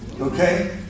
okay